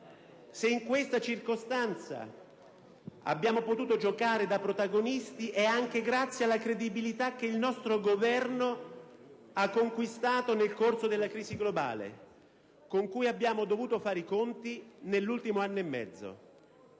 Se in questa circostanza abbiamo potuto giocare da protagonisti è anche grazie alla credibilità che il nostro Governo ha conquistato nel corso della crisi globale con cui abbiamo dovuto fare i conti nell'ultimo anno e mezzo.